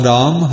Ram